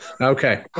Okay